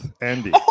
Andy